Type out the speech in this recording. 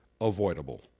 avoidable